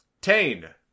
Tane